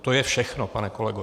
To je všechno, pane kolego.